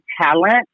talent